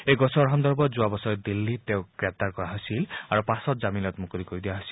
এই গোচৰ সন্দৰ্ভত যোৱা বছৰ দিল্লীত তেওঁক গ্ৰেপ্তাৰ কৰা হৈছিল আৰু পাছত জামিনত মুকলি কৰি দিয়া হৈছিল